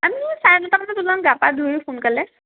আমি চাৰে নটামানত ওলাম গা পা ধুই সোনকালে